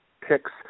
picks